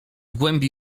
głębi